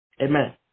Amen